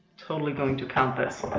totally going to count this